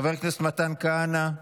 חבר הכנסת מתן כהנא,